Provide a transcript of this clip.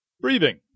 Breathing